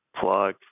plug